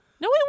No